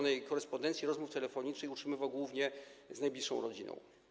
prowadzonej korespondencji, rozmów telefonicznych utrzymywał głównie z najbliższą rodziną.